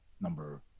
number